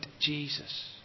Jesus